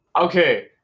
Okay